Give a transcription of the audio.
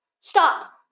Stop